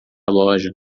loja